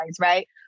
right